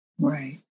Right